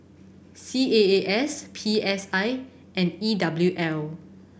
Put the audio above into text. C A A S P S I and E W L